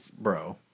bro